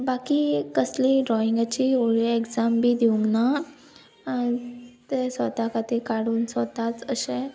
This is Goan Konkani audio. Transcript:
बाकी कसली ड्रॉइंगाची व्हडली एग्जाम बी दिवंक ना तें स्वता खातीर काडून स्वताच अशें